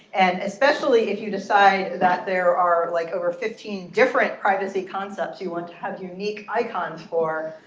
and especially if you decide that there are like over fifteen different privacy concepts you want to have unique icons for,